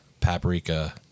paprika